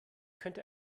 könnte